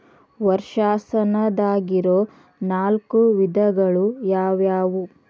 ವರ್ಷಾಶನದಾಗಿರೊ ನಾಲ್ಕು ವಿಧಗಳು ಯಾವ್ಯಾವು?